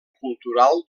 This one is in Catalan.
cultural